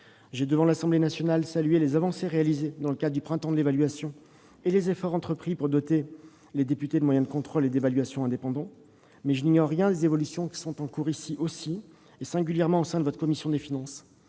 J'ai, devant l'Assemblée nationale, salué les avancées réalisées dans le cadre du « printemps de l'évaluation », ainsi que les efforts entrepris pour doter les députés de moyens de contrôle et d'évaluation indépendants. Mais je n'ignore rien des évolutions qui sont en cours ici, singulièrement au sein de votre commission des finances.